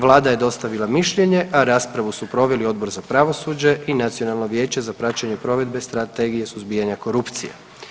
Vlada je dostavila mišljenje, a raspravu su proveli Odbor za pravosuđe i Nacionalno vijeće za praćenje provedbe Strategije za suzbijanje korupcije.